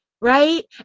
Right